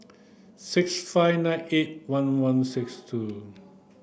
six five nine eight one one six two